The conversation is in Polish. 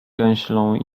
gęślą